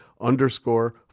underscore